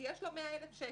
כי יש לו 100,000 שקלים.